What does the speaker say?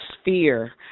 sphere